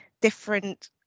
different